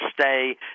stay